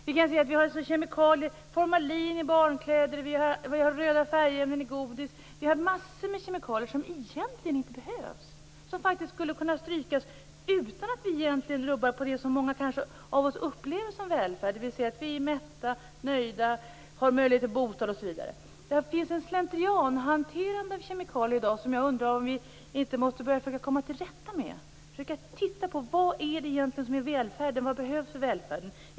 Vi har alltså formalin i barnkläder, vi har röda färgämnen i godis, vi har massor av kemikalier som egentligen inte behövs, som faktiskt skulle kunna strykas utan att vi rubbar på det som många av oss kanske upplever som välfärd, dvs. att vi är mätta, nöjda, har möjlighet till bostad osv. Det finns en slentrian i hanterandet av kemikalier i dag som jag undrar om vi inte måste börja försöka komma till rätta med, försöka titta på vad som egentligen är välfärd och vad som behövs för välfärden.